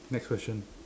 next question